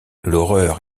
l’horreur